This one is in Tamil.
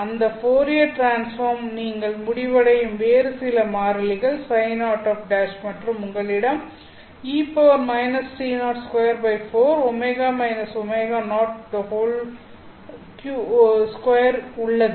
அந்த ஃபோரியர் டிரான்ஸ்பார்ம் நீங்கள் முடிவடையும் வேறு சில மாறிலிகள்ψ0 மற்றும் உங்களிடம் உள்ளது